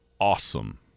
awesome